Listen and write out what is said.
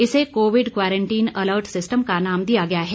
इसे Covid quarantine alert system का नाम दिया गया है